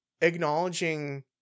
acknowledging